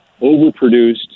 overproduced